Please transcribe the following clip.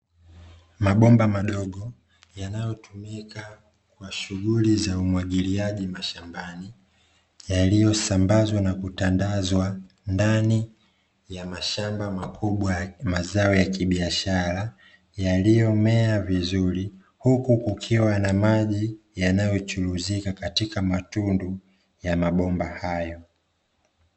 Mabomba madogo, yanayotumika kwa shughuli za umwagiliaji mashambani, yaliyosambazwa na kutandazwa ndani ya mashamba makubwa ya mazao ya kibiashara, yaliyomea vizuri. Huku, kukiwa na maji yanayochuruzika katika matundu ya mabomba hayo.